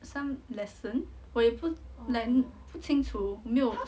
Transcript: some lesson 我也不 like 不清楚我没有